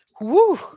Woo